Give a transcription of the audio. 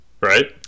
Right